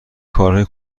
کارهای